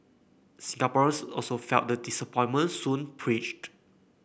Singaporeans also felt the disappointment soon preached